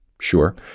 sure